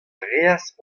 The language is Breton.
reas